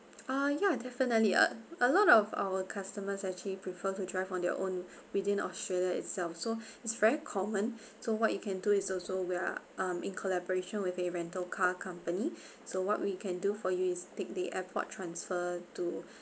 uh ya definitely uh a lot of our customers actually prefer to drive on their own within australia itself so is very common so what you can do is also where in collaboration with a rental car company so what we can do for you is take the airport transfer to